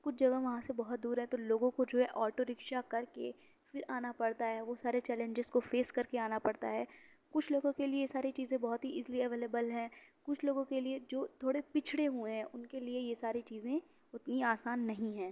کچھ جگہ وہاں سے بہت دور ہے تو لوگوں کو جو ہے آٹو رِکشا کر کے پھر آنا پڑتا ہے وہ سارے چیلنجز کو فیس کر کے آنا پڑتا ہے کچھ لوگوں کے لئے ساری چیزیں بہت ہی ایزیلی اویلیبل ہیں کچھ لوگوں کے لئے جو تھوڑے پچھڑے ہوئے ہیں اُن کے لئے یہ ساری چیزیں اُتنی آسان نہیں ہیں